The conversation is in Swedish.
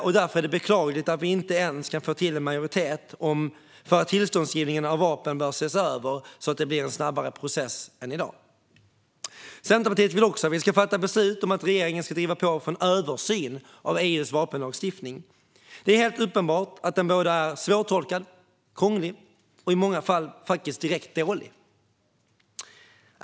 Det är beklagligt att vi inte ens kan få till en majoritet för att tillståndsgivningen för vapen bör ses över, så att det blir en snabbare process än i dag. Centerpartiet vill också att vi ska fatta beslut om att regeringen ska driva på för en översyn av EU:s vapenlagstiftning. Det är helt uppenbart att den är svårtolkad, krånglig och i många fall direkt dålig.